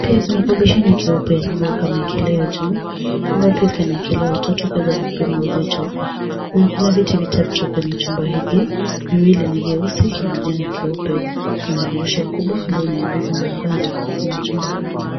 Pia kuna kabisheni nyeupe ambayo kimeelekezwa juu, ambayo pia kimeelekezwa watoto kuweza kupima uzito. Na kuna viti vitatu kwenye chumba hiki, viwili ni nyeusi, kimoja ni keupe. Kuna dirisha kubwa ambalo linaingiza mwangaza kwenye chumba hiki.